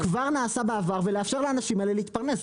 שכבר נעשה בעבר ולאפשר לאנשים האלה להתפרנס,